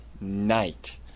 night